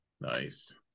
Nice